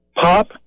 Pop